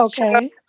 Okay